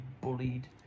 bullied